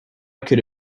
could